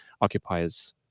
occupies